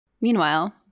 Meanwhile